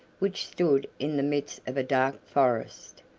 which stood in the midst of a dark forest,